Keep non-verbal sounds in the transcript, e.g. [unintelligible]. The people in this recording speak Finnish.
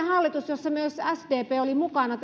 [unintelligible] hallitus jossa myös sdp oli mukana [unintelligible]